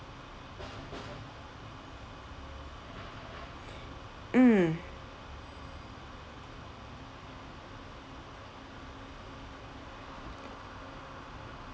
mm